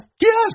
Yes